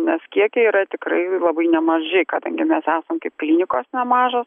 nes kiekiai yra tikrai labai nemaži kadangi mes esam kaip klinikos nemažos